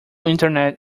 internet